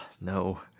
No